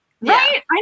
Right